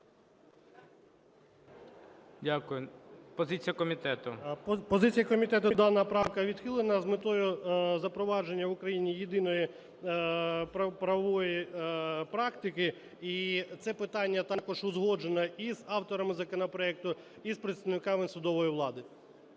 Дякую. Позиція комітету. 11:25:01 ПАВЛІШ П.В. Позиція комітету: дана правка відхилена з метою запровадження в Україні єдиної правової практики. І це питання також узгоджено і з авторами законопроекту, і з представниками судової влади,